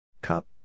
Cup